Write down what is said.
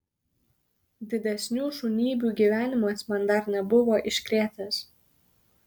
didesnių šunybių gyvenimas man dar nebuvo iškrėtęs